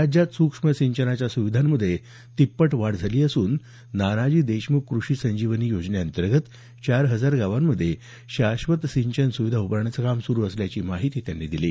राज्यात सुक्ष्म सिंचनाच्या सुविधांमध्ये तिप्पट वाढ झाली असून नानाजी देशमुख कृषी संजीवनी योजनेअंतर्गत चार हजार गावांमध्ये शाश्वत सिंचन सुविधा उभारण्याचं काम सुरू असल्याची माहिती त्यांनी दिली